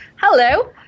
hello